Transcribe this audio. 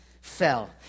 fell